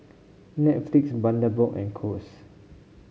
Netflix Bundaberg and Kose